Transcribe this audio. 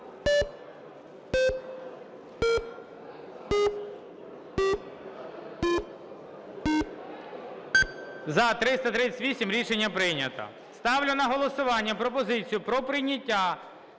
За-338 Рішення прийнято. Ставлю на голосування пропозицію про прийняття